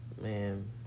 man